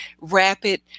rapid